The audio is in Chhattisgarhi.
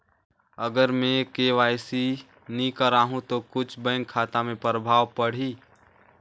अगर मे के.वाई.सी नी कराहू तो कुछ बैंक खाता मे प्रभाव पढ़ी?